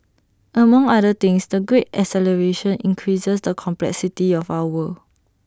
among other things the great acceleration increases the complexity of our world